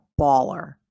baller